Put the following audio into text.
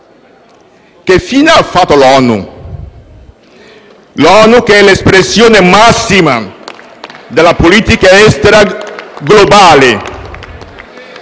Che fine ha fatto l'ONU, che è l'espressione massima della politica estera globale?